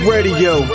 Radio